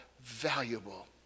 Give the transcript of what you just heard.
valuable